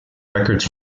records